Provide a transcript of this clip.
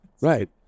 Right